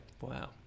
Wow